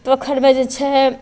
पोखरिमे जे छै